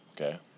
Okay